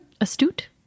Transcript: Astute